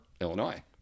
Illinois